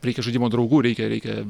reikia žaidimo draugų reikia reikia